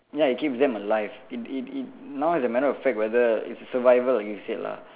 ya it keeps them alive it it it now is a matter of fact whether it's survival like you said lah